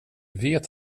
vet